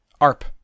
Arp